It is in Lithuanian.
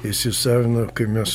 įsisavino kai mes